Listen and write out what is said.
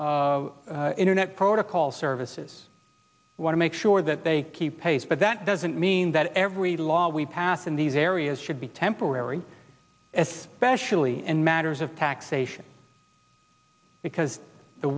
internet protocol services want to make sure that they keep pace but that doesn't mean that every law we pass in these areas should be temporary especially in matters of taxation because the